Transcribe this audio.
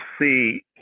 see